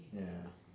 ya